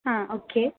ആ ഓക്കെ